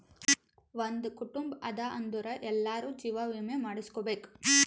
ಒಂದ್ ಕುಟುಂಬ ಅದಾ ಅಂದುರ್ ಎಲ್ಲಾರೂ ಜೀವ ವಿಮೆ ಮಾಡುಸ್ಕೊಬೇಕ್